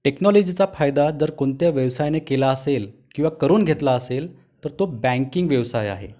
टेक्नॉलॉजीचा फायदा जर कोणत्या व्यवसायाने केला असेल किंवा करून घेतला असेल तर तो बँकिंग व्यवसाय आहे